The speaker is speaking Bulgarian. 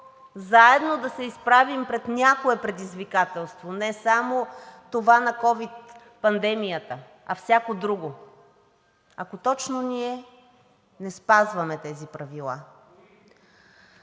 заедно да се изправим пред някое предизвикателство, не само това на ковид пандемията, а всяко друго, ако точно ние не спазваме тези правила?